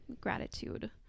Gratitude